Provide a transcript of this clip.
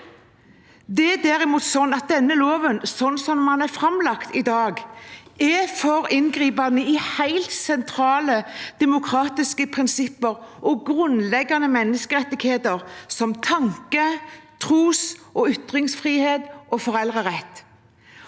Det er derimot sånn at denne loven, slik den er framlagt i dag, er for inngripende i helt sentrale demokratiske prinsipper og grunnleggende menneskerettigheter, som tanke-, tros- og ytringsfrihet og foreldrerett.